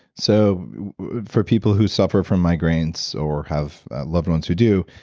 so for people who suffer from migraines or have loved ones who do,